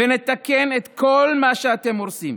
ונתקן את כל מה שאתם הורסים.